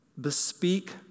bespeak